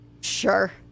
Sure